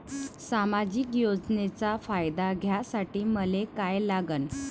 सामाजिक योजनेचा फायदा घ्यासाठी मले काय लागन?